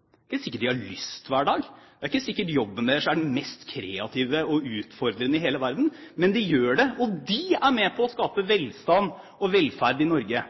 er ikke sikkert de har lyst hver dag. Det er ikke sikkert jobben deres er den mest kreative og utfordrende i hele verden. Men de går på jobb, og de er med på å skape velstand og velferd i Norge.